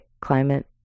climate